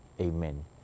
Amen